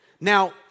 Now